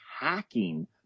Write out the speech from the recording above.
hacking